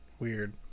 Weird